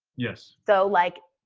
yes. so, like,